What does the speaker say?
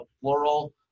plural